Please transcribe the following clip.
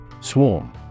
Swarm